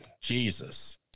Jesus